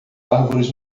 árvores